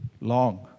long